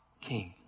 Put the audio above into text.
king